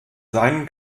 seinen